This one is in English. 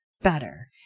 better